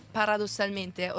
paradossalmente